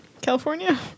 California